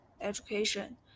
education